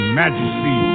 majesty